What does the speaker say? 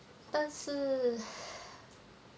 但是 !hais!